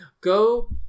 go